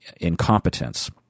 incompetence